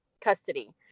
custody